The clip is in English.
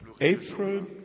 April